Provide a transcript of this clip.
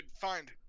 find